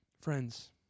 Friends